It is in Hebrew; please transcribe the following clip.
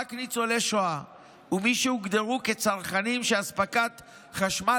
רק ניצולי שואה ומי שהוגדרו כצרכנים שאספקת חשמל